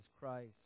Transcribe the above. Christ